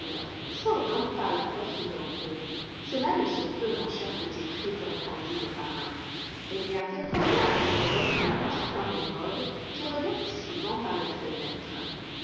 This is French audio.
sors donc par la porte d'en haut cela ne se peut mon cher petit fritz répondit le parrain eh bien fais promener avec les autres le petit homme émeraude qui regarde si souvent par la fenêtre